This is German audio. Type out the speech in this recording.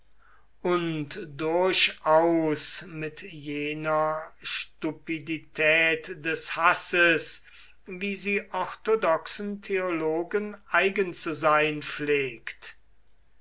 und durchaus mit jener stupidität des hasses wie sie orthodoxen theologen eigen zu sein pflegt